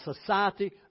society